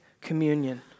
communion